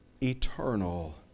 Eternal